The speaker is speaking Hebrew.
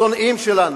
שונאים שלנו.